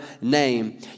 name